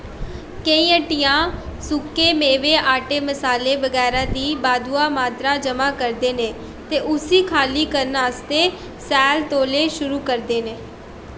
केईं हट्टियां सुक्के मेवे आटे मसाले बगैरा दी बाद्धू मात्तरा ज'मा करदे न ते उसी खाल्ली करने आस्तै सैल तौले शुरू करदे न